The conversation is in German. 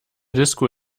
disco